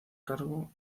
cargo